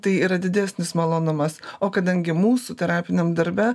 tai yra didesnis malonumas o kadangi mūsų terapiniam darbe